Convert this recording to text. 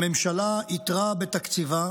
הממשלה איתרה בתקציבה